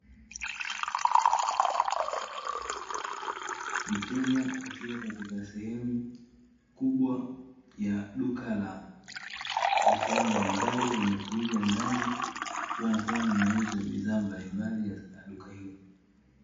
Mteja akiwa katika sehemu kubwa ya duka la vifaa mbalimbali vya matumizi ya ndani, akiwa anafanya matumizi mbalimbali katika duka hilo.